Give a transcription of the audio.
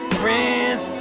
friends